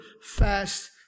fast